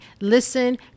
listen